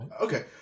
Okay